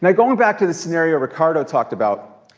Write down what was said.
yeah going back to the scenario ricardo talked about,